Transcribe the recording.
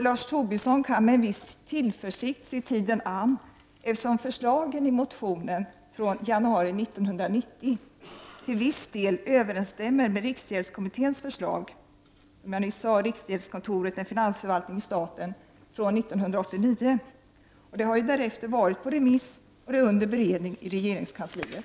Lars Tobis son kan med viss tillförsikt se tiden an, eftersom förslagen i motionen från januari 1990 till viss del överensstämmer med riksgäldskommitténs förslag, som jag nyss nämnde, i betänkandet Riksgäldskontoret — en finansförvaltning i staten. Förslaget framlades 1989. Det har därefter varit på remiss och är under beredning i regeringskansliet.